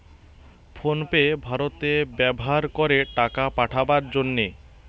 phone pay ভারতে ব্যাভার করে টাকা পাঠাবার জন্যে